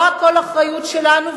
לא הכול אחריות שלנו,